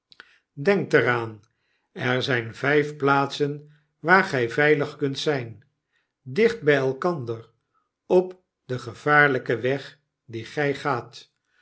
denkt er aan er zyn vyf plaatsen waar gy veilig kunt zyn dicht by elkander of den gevaarlpen weg dien gy gaat